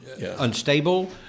unstable